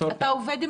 עובד עם